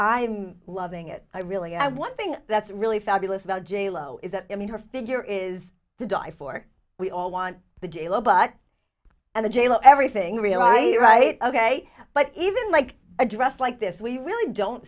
i'm loving it i really i one thing that's really fabulous about j lo is that i mean her figure is to die for we all want the jail but in the jail everything realized right ok but even like a dress like this we really don't